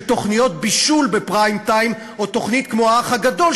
של תוכניות בישול בפריים-טיים או תוכנית כמו "האח הגדול",